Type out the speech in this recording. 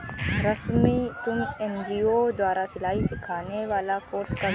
रश्मि तुम एन.जी.ओ द्वारा सिलाई सिखाने वाला कोर्स कर लो